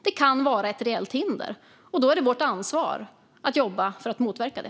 Det kan vara ett reellt hinder, och då är det vårt ansvar att jobba för att motverka det.